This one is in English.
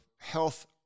health